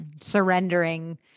Surrendering